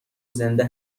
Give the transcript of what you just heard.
زنده